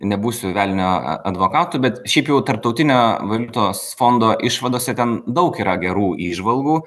nebūsiu velnio advokatu bet šiaip jau tarptautinio valiutos fondo išvadose gan daug yra gerų įžvalgų